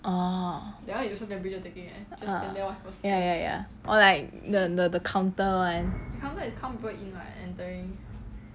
orh !huh! ya ya ya or like the the counter [one]